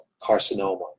carcinoma